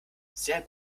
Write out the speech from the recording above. sehr